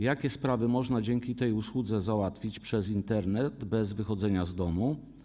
Jakie sprawy można dzięki tej usłudze załatwić przez Internet, bez wychodzenia z domu?